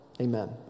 amen